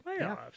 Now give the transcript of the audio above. Playoffs